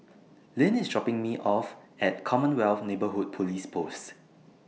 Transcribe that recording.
Lynn IS dropping Me off At Commonwealth Neighbourhood Police Post